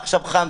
עכשיו חם,